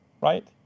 right